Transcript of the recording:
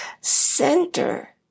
center